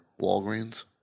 Walgreens